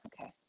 okay